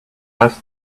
last